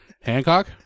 Hancock